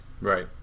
Right